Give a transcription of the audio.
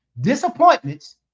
Disappointments